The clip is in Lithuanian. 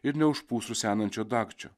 ir neužpūs rusenančio dagčio